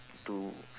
to